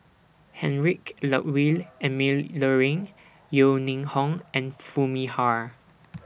Heinrich Ludwig Emil Luering Yeo Ning Hong and Foo Mee Har